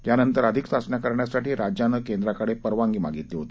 यानंतर अधिक चाचण्या करण्यासाठी राज्यानं केंद्राकडे परवानगी मागितली होती